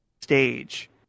stage